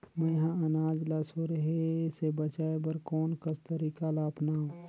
मैं ह अनाज ला सुरही से बचाये बर कोन कस तरीका ला अपनाव?